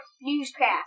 newscast